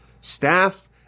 staff